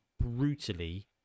brutally